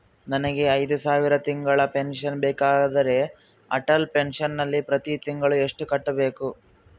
ನನಗೆ ಐದು ಸಾವಿರ ತಿಂಗಳ ಪೆನ್ಶನ್ ಬೇಕಾದರೆ ಅಟಲ್ ಪೆನ್ಶನ್ ನಲ್ಲಿ ಪ್ರತಿ ತಿಂಗಳು ಎಷ್ಟು ಕಟ್ಟಬೇಕು?